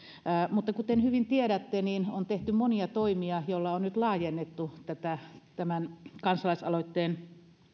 mutta kuten hyvin tiedätte on tehty monia toimia joilla on nyt laajennettu tätä tämän kansalaisaloitteen